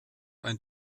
ein